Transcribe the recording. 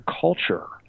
culture